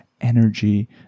energy